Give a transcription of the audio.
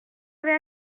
avez